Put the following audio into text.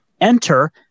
Enter